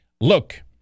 look